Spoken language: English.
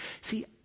see